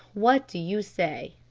what do you say?